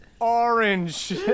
Orange